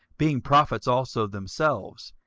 being prophets also themselves,